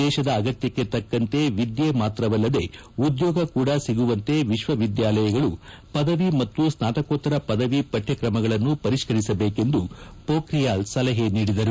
ದೇಶದ ಅಗತ್ತಕ್ಕೆ ತಕ್ಕಂತೆ ವಿದ್ಯೆ ಮಾತ್ರವಲ್ಲದೇ ಉದ್ಯೋಗ ಕೂಡ ಸಿಗುವಂತೆ ವಿಶ್ವವಿದ್ಯಾಲಯಗಳು ಪದವಿ ಮತ್ತು ಸ್ನಾತಕೋತ್ತರ ಪದವಿ ಪಠ್ಕ ಕ್ರಮಗಳನ್ನು ಪರಿಷ್ಠರಿಸುವಂತೆ ಪೋಖಿಯಾಲ್ ಸಲಹೆ ನೀಡಿದರು